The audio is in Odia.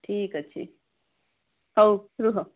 ଠିକ ଅଛି ହେଉ ରୁହ